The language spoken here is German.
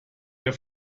der